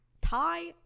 tie